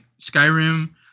Skyrim